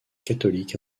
catholique